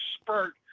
spurt